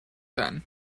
then